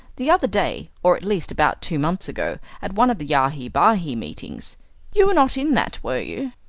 the other day, or at least about two months ago, at one of the yahi-bahi meetings you were not in that, were you?